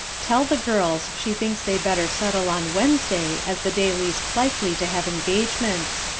tell the girls she thinks they better settle on wednesday as the day least likely to have engagements.